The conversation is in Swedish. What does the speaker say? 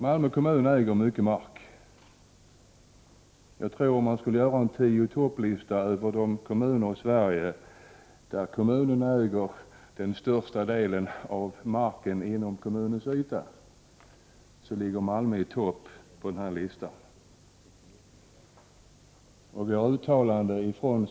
Malmö kommun äger mycket mark. Om man skulle göra en tio i topp-lista över de kommuner i Sverige som äger den största delen av marken på resp. kommuns yta, skulle man finna att Malmö ligger i topp.